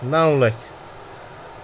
نَو لَچھ